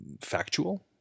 factual